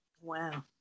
Wow